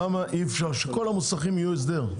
למה אי אפשר שכל המוסכים יהיו הסדר?